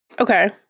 Okay